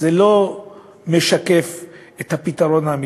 זה לא משקף את הפתרון האמיתי,